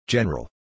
General